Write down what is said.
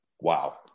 wow